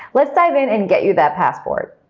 let's dive in and get you that passport.